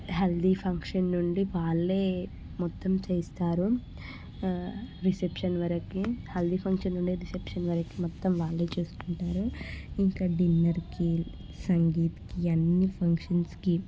haldi function నుండి వాళ్ళే మొత్తం చేస్తారు రిసెప్షన్ వరకు హల్దీ ఫంక్షన్ నుండి రిసెప్షన్ వరకు మొత్తం వాళ్ళే చూసుకుంటారు ఇంకా డిన్నర్కి సంగీత్కి అన్ని ఫంక్షన్స్కి